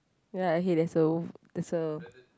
ya okay there so there's a